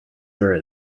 there